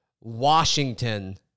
Washington